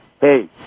Hey